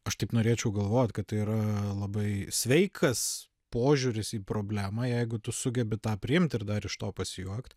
aš taip norėčiau galvot kad tai yra labai sveikas požiūris į problemą jeigu tu sugebi tą priimt ir dar iš to pasijuokt